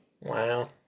Wow